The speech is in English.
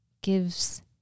gives